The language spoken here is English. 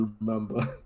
remember